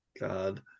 God